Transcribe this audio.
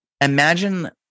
imagine